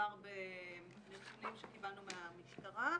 מדובר בנתונים שקיבלנו מהמשטרה.